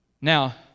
Now